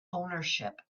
ownership